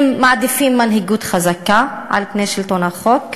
הם מעדיפים מנהיגות חזקה על פני שלטון החוק.